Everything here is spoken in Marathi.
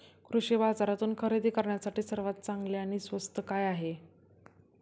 कृषी बाजारातून खरेदी करण्यासाठी सर्वात चांगले आणि स्वस्त काय आहे?